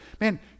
man